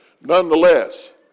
nonetheless